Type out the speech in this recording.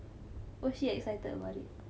oh shit saya terbaring